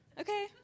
Okay